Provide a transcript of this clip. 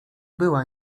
była